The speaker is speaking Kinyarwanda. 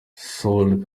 sol